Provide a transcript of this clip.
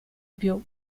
più